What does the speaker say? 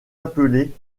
appelés